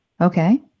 Okay